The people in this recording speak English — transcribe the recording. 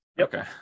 okay